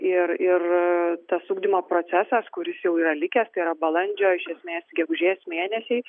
ir ir tas ugdymo procesas kuris jau yra likęs tai yra balandžio iš esmės gegužės mėnesiais